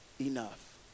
enough